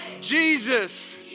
Jesus